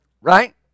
Right